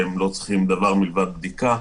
הם לא צריכים דבר מלבד בדיקה.